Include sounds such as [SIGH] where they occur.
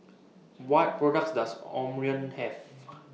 [NOISE] What products Does Omron Have